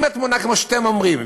אם התמונה היא כמו שאתם אומרים,